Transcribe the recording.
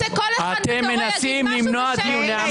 אתה רוצה כל הזמן --- אתם מנסים למנוע דיון.